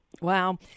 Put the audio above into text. Wow